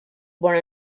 born